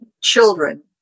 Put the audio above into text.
children